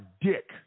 dick